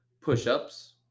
push-ups